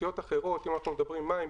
תשתיות אחרות כמו מים,